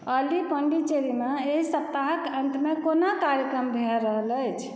ऑली पोंडिचेरीमे एहि सप्ताहक अंत मे कोन कार्यक्रम भऽ रहल अछि